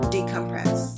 Decompress